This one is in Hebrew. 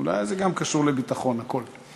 אולי זה גם קשור לביטחון, הכול.